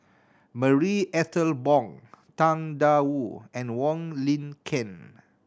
Marie Ethel Bong Tang Da Wu and Wong Lin Ken